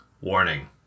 Warning